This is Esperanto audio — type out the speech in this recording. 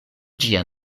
ĝia